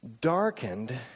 darkened